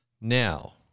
Now